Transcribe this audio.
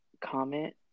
comment